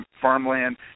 farmland